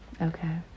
Okay